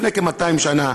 לפני כ-200 שנה,